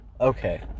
Okay